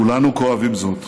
כולנו כואבים זאת,